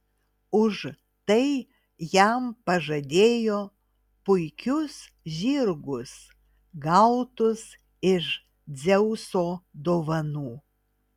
už tai jam pažadėjo puikius žirgus gautus iš dzeuso dovanų